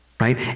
right